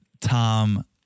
Tom